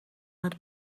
het